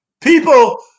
People